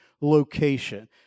location